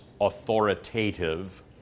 authoritative